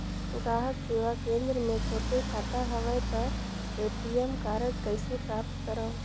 ग्राहक सेवा केंद्र मे छोटे खाता हवय त ए.टी.एम कारड कइसे प्राप्त करव?